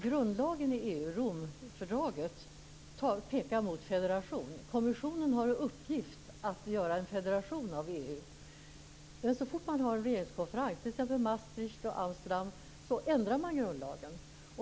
Grundlagen i EU, Romfördraget, pekar mot federation. Kommissionen har i uppgift att göra en federation av EU. Men så fort man har en regeringskonferens, t.ex. Maastricht och Amsterdam, ändrar man grundlagen.